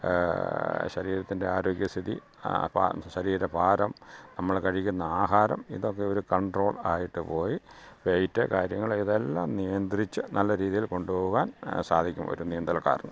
ശരീരത്തിൻ്റെ ആരോഗ്യസ്ഥിതി അപ്പം ശരീരഭാരം നമ്മൾ കഴിക്കുന്ന ആഹാരം ഇതൊക്കെ ഒരു കണ്ട്രോൾ ആയിട്ട് പോയി വെയ്റ്റ് കാര്യങ്ങൾ ഇതെല്ലാം നിയന്ത്രിച്ച് നല്ല രീതിയിൽ കൊണ്ടുപോവാൻ സാധിക്കും ഒരു നീന്തൽക്കാരന്